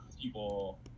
people